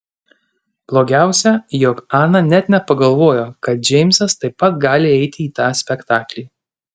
blogiausia jog ana net nepagalvojo kad džeimsas taip pat gali eiti į tą spektaklį